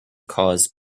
cause